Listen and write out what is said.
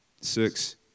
Six